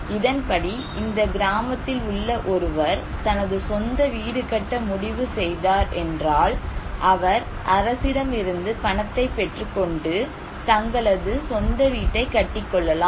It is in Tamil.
இதன்படி இந்த கிராமத்தில் உள்ள ஒருவர் தனது சொந்த வீடு கட்ட முடிவு செய்தார் என்றாள் அவர் அரசிடமிருந்து பணத்தை பெற்றுக்கொண்டு தங்களது சொந்த வீட்டை கட்டிக் கொள்ளலாம்